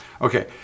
Okay